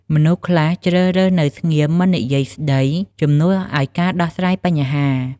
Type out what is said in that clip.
មនុស្សខ្លះជ្រើសរើសនៅស្ងៀមមិននិយាយស្ដី ជំនួយឱ្យការដោះស្រាយបញ្ហា។